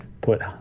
put